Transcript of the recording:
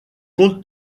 compte